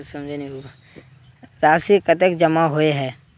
राशि कतेक जमा होय है?